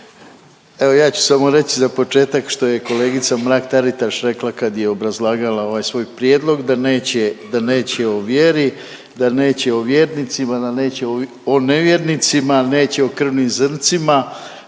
evo ja ću samo reći za početak što je kolegica Mrak-Taritaš rekla kad je obrazlagala ovaj svoj prijedlog, da neće, da neće o vjeri, da neće o vjernicima, da neće o nevjernicima, neće o krvnim zrncima,